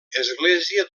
església